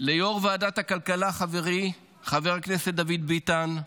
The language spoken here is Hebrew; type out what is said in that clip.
ליו"ר ועדת הכלכלה, חברי חבר הכנסת דוד ביטן,